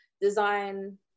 design